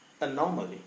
anomaly